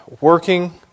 working